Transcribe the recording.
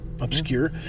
Obscure